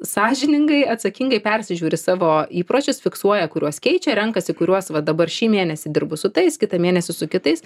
sąžiningai atsakingai persižiūri savo įpročius fiksuoja kuriuos keičia renkasi kuriuos va dabar šį mėnesį dirbu su tais kitą mėnesį su kitais